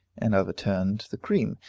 and overturned the cream.